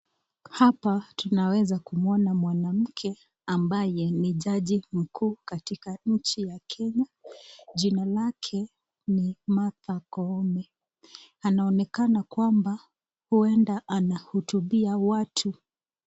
Hapa, tunaweza kumuona mwanamke ambaye ni jaji mkuu katika nchi ya Kenya. Jina lake ni Martha Koome. Anaonekana kwamba huenda anahutubia watu.